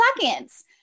seconds